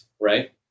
right